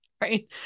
right